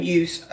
use